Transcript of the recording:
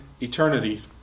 eternity